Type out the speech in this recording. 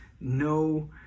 no